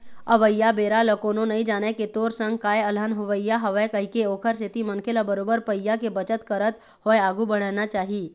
अवइया बेरा ल कोनो नइ जानय के तोर संग काय अलहन होवइया हवय कहिके ओखर सेती मनखे ल बरोबर पइया के बचत करत होय आघु बड़हना चाही